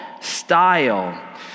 style